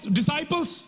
disciples